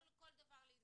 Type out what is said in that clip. לא צריך כל דבר להתגונן.